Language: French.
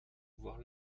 voire